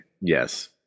Yes